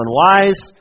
unwise